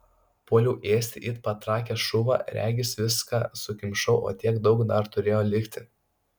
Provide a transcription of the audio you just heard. puoliau ėsti it patrakęs šuva regis viską sukimšau o tiek daug dar turėjo likti